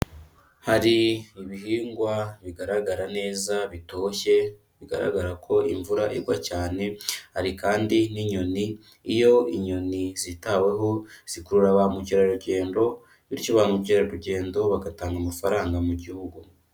Hari ibihingwa bigaragara neza bitoshye bigaragara ko imvura igwa cyane, hari kandi n'inyoni iyo inyoni zitaweho zikurura ba mukerarugendo bityo ba mukerarugendo bagatanga amafaranga mu gihugu.